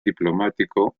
diplomático